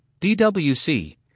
DWC